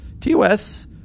TOS